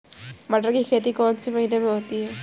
मटर की खेती कौन से महीने में होती है?